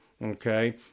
Okay